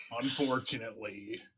Unfortunately